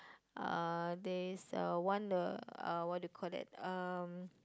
uh there is the one the uh what they call it um